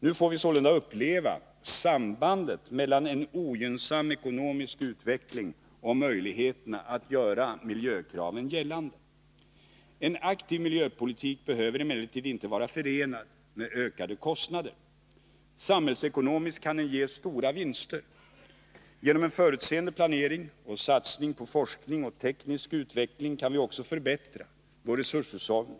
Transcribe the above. Nu får vi sålunda uppleva sambandet mellan en ogynnsam ekonomisk utveckling och möjligheterna att göra miljökraven gällande. En aktiv miljöpolitik behöver emellertid inte vara förenad med ökade kostnader. Samhällsekonomiskt kan den ge stora vinster. Genom en förutseende planering och satsning på forskning och teknisk utveckling kan vi också förbättra vår resurshushållning.